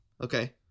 Okay